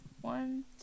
One